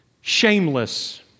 Shameless